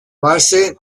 base